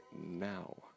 now